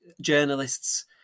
journalists